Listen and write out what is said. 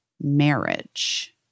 marriage